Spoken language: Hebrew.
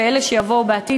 ואלה שיבואו בעתיד,